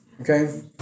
okay